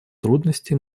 трудности